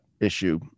issue